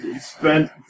Spent